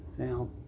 Now